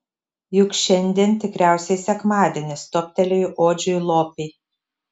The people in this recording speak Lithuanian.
juk šiandien tikriausiai sekmadienis toptelėjo odžiui lopei